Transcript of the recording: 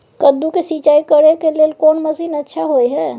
कद्दू के सिंचाई करे के लेल कोन मसीन अच्छा होय है?